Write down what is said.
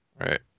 Right